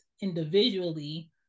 individually